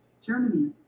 Germany